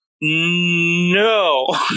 No